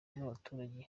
rw’abaturage